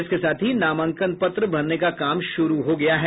इसके साथ ही नामांकन पत्र भरने का काम शुरु हो गया है